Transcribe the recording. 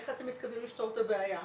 איך אתם מתכוונים לפתור את הבעיה?